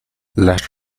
las